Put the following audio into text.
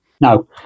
Now